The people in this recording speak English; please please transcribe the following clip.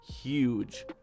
huge